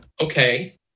Okay